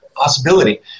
possibility